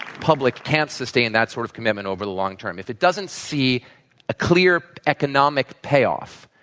public can't sustain that sort of commitment over the long term, if it doesn't see a clear economic payoff